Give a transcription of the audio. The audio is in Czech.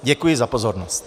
Děkuji za pozornost.